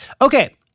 Okay